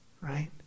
right